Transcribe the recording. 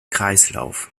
kreislauf